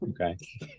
Okay